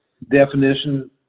definition